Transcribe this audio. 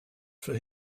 for